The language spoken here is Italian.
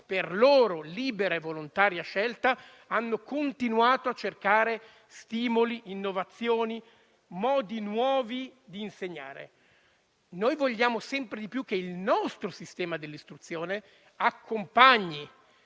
per loro libera e volontaria scelta - hanno continuato a cercare stimoli, innovazioni e modi nuovi di insegnare. Vogliamo sempre di più che il nostro sistema dell'istruzione accompagni